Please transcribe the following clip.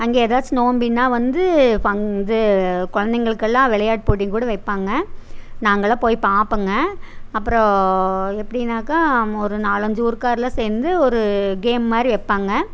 அங்கே எதாச்சும் நோம்பின்னா வந்து குழந்தைங்களுக்கெல்லாம் விளையாட்டு போட்டியும் கூட வைப்பாங்க நாங்கெல்லாம் போய் பார்ப்போங்க அப்புறோம் எப்படின்னாக்கா ஒரு நாலஞ்சு ஊர் கார் எல்லாம் சேர்ந்து ஒரு கேம் மாதிரி வைப்பாங்க